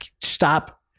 stop